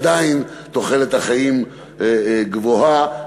עדיין תוחלת החיים גבוהה,